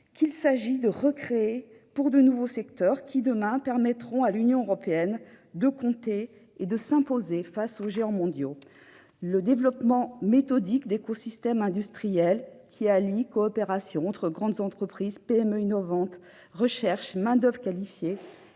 qu'il s'agit de recréer pour de nouveaux secteurs qui, demain, permettront à l'Union européenne de compter et de s'imposer face aux géants mondiaux. Le développement méthodique d'écosystèmes industriels, grâce à la coopération entre grandes entreprises, PME innovantes, à la recherche et à une main-d'oeuvre qualifiée,